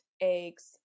eggs